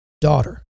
daughter